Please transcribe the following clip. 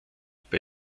bei